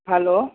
hello